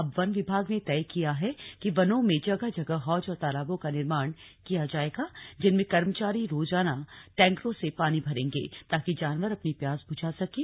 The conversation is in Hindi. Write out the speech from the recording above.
अब वन विभाग ने तय किया है कि वनों में जगह जगह हौज और तालाबों का निर्माण किया जाएगा जिनमें कर्मचारी रोजाना टैंकरों से पानी भरेंगे ताकि जानवर अपनी प्यास बुझा सकें